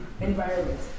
environment